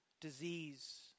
disease